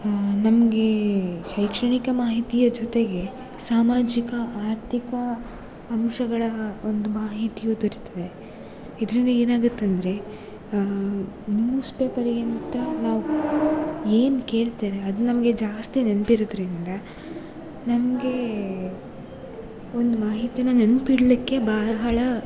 ಹಾಂ ನಮಗೆ ಶೈಕ್ಷಣಿಕ ಮಾಹಿತಿಯ ಜೊತೆಗೆ ಸಾಮಾಜಿಕ ಆರ್ಥಿಕ ಅಂಶಗಳ ಒಂದು ಮಾಹಿತಿಯು ದೊರಿತವೆ ಇದರಿಂದ ಏನಾಗತ್ತಂದರೆ ನ್ಯೂಸ್ ಪೇಪರಿಗಿಂತ ನಾವು ಏನು ಕೇಳ್ತೇವೆ ಅದು ನಮಗೆ ಜಾಸ್ತಿ ನೆನ್ಪಿರೋದ್ರಿಂದ ನಮಗೆ ಒಂದು ಮಾಹಿತಿನ ನೆನಪಿಡ್ಲಿಕ್ಕೆ ಬಹಳ